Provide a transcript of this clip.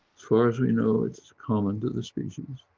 far as we know, it's common to the species.